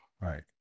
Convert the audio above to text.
right